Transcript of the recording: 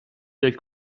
del